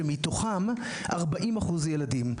שמתוכם 40% הם ילדים.